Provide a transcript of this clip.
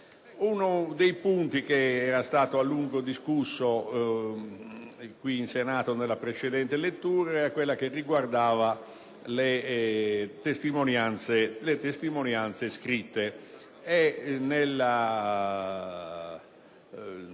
Uno dei punti che era stato a lungo discusso qui in Senato nella precedente lettura riguardava le testimonianze scritte.